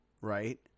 right